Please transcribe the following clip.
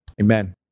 Amen